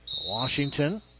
Washington